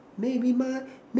maybe my